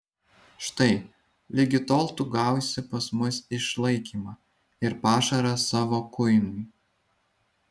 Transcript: štai ligi tol tu gausi pas mus išlaikymą ir pašarą savo kuinui